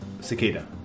cicada